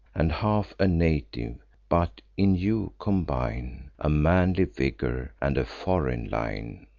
and half a native but, in you, combine a manly vigor, and a foreign line.